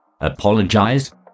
apologize